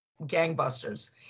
gangbusters